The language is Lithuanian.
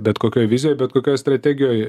bet kokioj vizijoj bet kokioj strategijoj